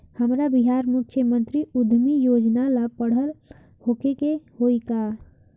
हमरा बिहार मुख्यमंत्री उद्यमी योजना ला पढ़ल होखे के होई का?